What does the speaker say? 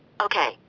Okay